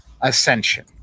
Ascension